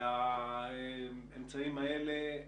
והאמצעים האלה,